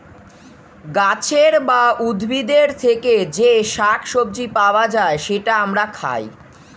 গাছের বা উদ্ভিদের থেকে যে শাক সবজি পাওয়া যায়, সেটা আমরা খাই